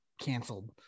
canceled